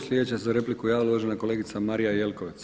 Slijedeća se za repliku javila uvažena kolegica Marija Jelkovac.